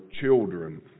children